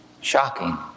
shocking